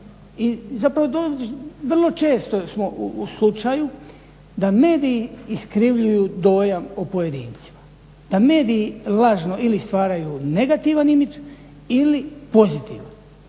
i zapravo vrlo često u slučaju da mediji iskrivljuju dojam o pojedincima, da mediji lažno ili stvaraju negativan imidž ili pozitivan,